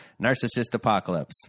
NarcissistApocalypse